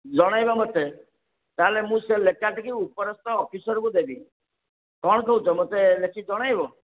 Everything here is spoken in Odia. ଜଣେଇବ ମୋତେ ତାହେଲେ ମୁଁ ସେ ଲେଖାଟିକି ଉପରସ୍ଥ ଅଫିସର୍ଙ୍କୁ ଦେବି କ'ଣ କହୁଛ ମୋତେ ଲେଖିକି ଜଣେଇବ